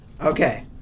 Okay